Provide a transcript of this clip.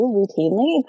routinely